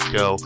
go